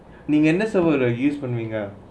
server நீங்க:neengae